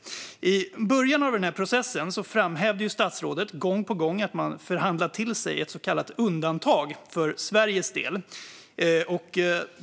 I början av processen framhävde statsrådet gång på gång att man förhandlat till sig ett så kallat undantag för Sveriges del.